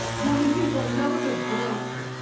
young people, know the book.